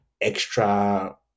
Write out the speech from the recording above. extra